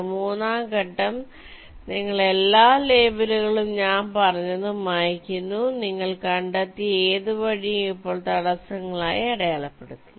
മൂന്നാം ഘട്ടം നിങ്ങൾ എല്ലാ ലേബലുകളും ഞാൻ പറഞ്ഞതും മായ്ക്കുന്നു നിങ്ങൾ കണ്ടെത്തിയ ഏത് വഴിയും ഇപ്പോൾ തടസ്സങ്ങളായി അടയാളപ്പെടുത്തും